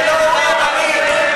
מצדי אתה יכול לעבור לצד השני של האולם.